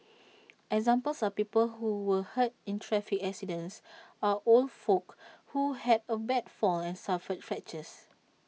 examples are people who were hurt in traffic accidents or old folk who had A bad fall and suffered fractures